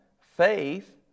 faith